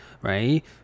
right